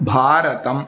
भारतम्